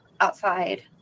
outside